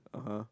(uh huh)